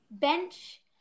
bench